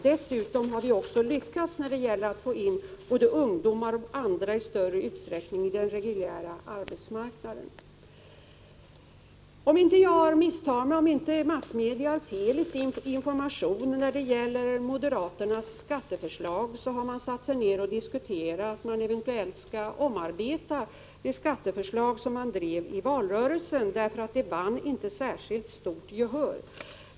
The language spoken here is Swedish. Dessutom har vi lyckats när det gäller att få in både ungdomar och andra på den reguljära arbetsmarknaden. Om jag inte misstar mig och om inte massmedia har givit felaktiga uppgifter i sin information i fråga om moderaternas skatteförslag, så har moderaterna diskuterat att eventuellt omarbeta det skatteförslag man drev under valrörelsen, därför att det inte vann särskilt stort gehör.